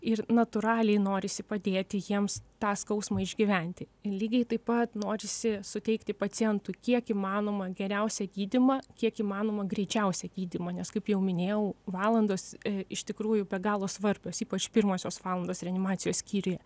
ir natūraliai norisi padėti jiems tą skausmą išgyventi lygiai taip pat norisi suteikti pacientui kiek įmanoma geriausią gydymą kiek įmanoma greičiausią gydymą nes kaip jau minėjau valandos iš tikrųjų be galo svarbios ypač pirmosios valandos reanimacijos skyriuje